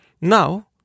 Now